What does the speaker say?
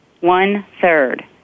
One-third